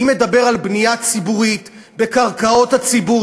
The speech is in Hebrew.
אני מדבר על בנייה ציבורית בקרקעות הציבור,